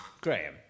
Graham